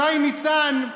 שי ניצן,